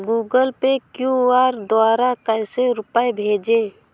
Google Pay QR द्वारा कैसे रूपए भेजें?